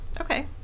Okay